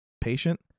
patient